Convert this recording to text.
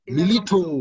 Milito